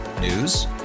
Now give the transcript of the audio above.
News